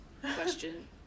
question